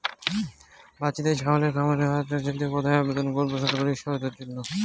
বাতিতেই ছাগলের খামার করতে চাই কোথায় আবেদন করব সরকারি সহায়তার জন্য?